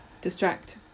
Distract